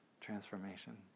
transformation